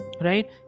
right